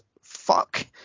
fuck